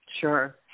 Sure